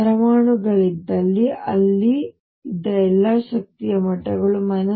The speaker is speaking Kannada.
ಪರಮಾಣುಗಳಿದ್ದಲ್ಲಿ ಅಲ್ಲಿ ಇದ್ದ ಎಲ್ಲ ಶಕ್ತಿಯ ಮಟ್ಟಗಳು 13